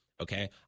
Okay